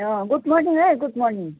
good morning है good morning